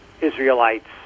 Israelites